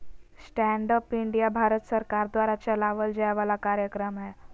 stand up India Bharat सरकार द्वारा चलावल जाय वाला कार्यक्रम हय